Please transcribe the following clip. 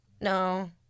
No